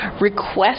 request